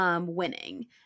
Winning